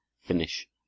finish